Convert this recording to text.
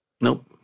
nope